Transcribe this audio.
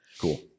Cool